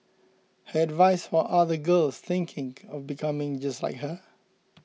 her advice for other girls thinking of becoming just like her